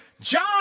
John